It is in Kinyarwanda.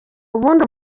ubundi